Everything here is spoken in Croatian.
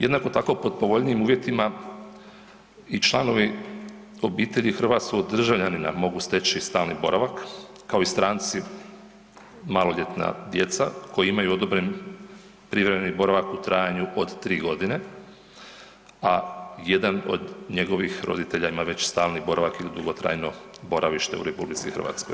Jednako tako pod povoljnijim uvjetima i članovi obitelji hrvatskog državljanina mogu steći stalni boravak kao i stranci maloljetna djeca koji imaju odobren privremeni boravak u trajanju od 3 godine, a jedan od njegovih roditelja ima stalni boravak ili dugotrajno boravište u RH.